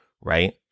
right